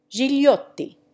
Gigliotti